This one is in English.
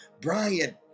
Brian